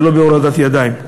ולא בהורדת ידיים.